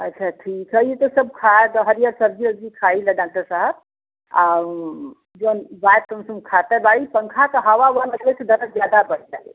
अच्छा ठीक है ये तो सब खाय तो हरियर सब्जी वब्जी खाई ला डाक्टर साहब और जौन बा तौन त हम खाते बाड़ी पंखा क हावा ओवा लगले से दर्द ज्यादा बढ़ जाले